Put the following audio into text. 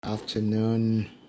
afternoon